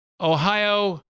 Ohio